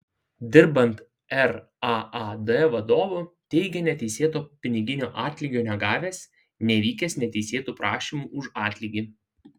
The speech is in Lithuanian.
dirbant raad vadovu teigė neteisėto piniginio atlygio negavęs nevykęs neteisėtų prašymų už atlygį